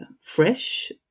fresh